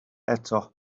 eto